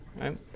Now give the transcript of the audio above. right